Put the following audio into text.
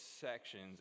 sections